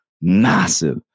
massive